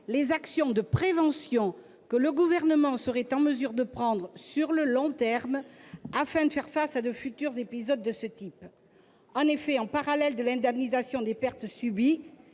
-les actions de prévention que le Gouvernement serait en mesure de prendre sur le long terme afin de faire face à de futurs épisodes de ce type. En effet, parallèlement à l'indemnisation des pertes subies-